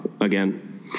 again